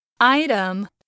item